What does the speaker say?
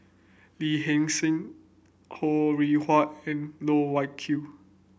Lee Hee Seng Ho Rih Hwa and Loh Wai Kiew